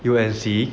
u and c